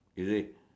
is it